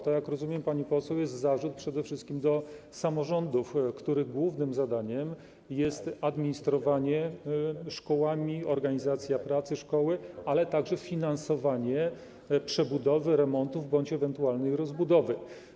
To, jak rozumiem, pani poseł, jest zarzut przede wszystkim wobec samorządów, których głównym zadaniem jest administrowanie szkołami, organizacja pracy szkoły, ale także finansowanie przebudowy, remontów bądź ewentualnej rozbudowy.